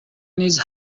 نیز